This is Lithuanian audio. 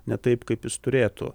ne taip kaip jis turėtų